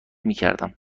میکردم